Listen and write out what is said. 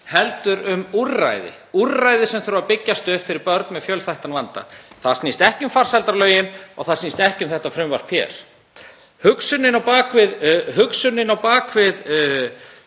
heldur um úrræði sem þurfa að byggjast upp fyrir börn með fjölþættan vanda. Það snýst ekki um farsældarlögin og það snýst ekki um þetta frumvarp hér. Hugsunin á bak við